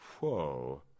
whoa